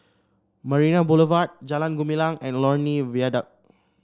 Marina Boulevard Jalan Gumilang and Lornie Viaduct